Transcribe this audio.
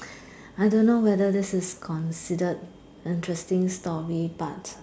I don't know whether this is considered interesting story but